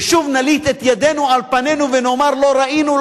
ושוב נליט את פנינו בידינו ונאמר: לא ראינו,